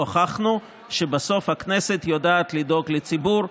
הוכחנו שבסוף הכנסת יודעת לדאוג לציבור,